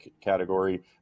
category